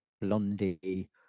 Blondie